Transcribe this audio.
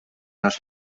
nos